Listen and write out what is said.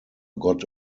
got